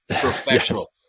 professional